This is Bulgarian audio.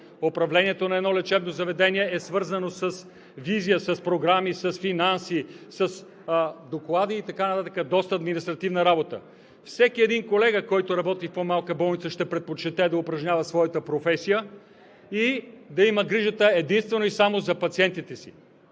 управлението на едно лечебно заведение е свързано с визия, с програми, с финанси, с доклади и така нататък, доста административна работа. Всеки един колега, който работи в по-малка болница, ще предпочете да упражнява своята професия и да има грижата единствено и само за пациентите си.